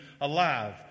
alive